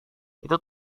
itu